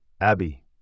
Abby